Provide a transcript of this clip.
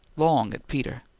long at peter.